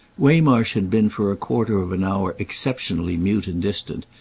waymarsh had been for a quarter of an hour exceptionally mute and distant,